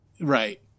Right